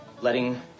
letting